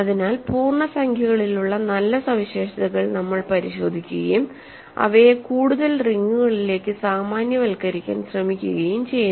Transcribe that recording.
അതിനാൽ പൂർണ്ണസംഖ്യകളിലുള്ള നല്ല സവിശേഷതകൾ നമ്മൾ പരിശോധിക്കുകയും അവയെ കൂടുതൽ റിങ്ങുകളിലേക്ക് സാമാന്യവൽക്കരിക്കാൻ ശ്രമിക്കുകയും ചെയ്യുന്നു